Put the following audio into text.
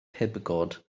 pibgod